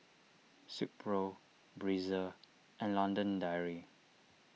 Silkpro Breezer and London Dairy